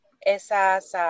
esas